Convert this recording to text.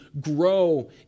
grow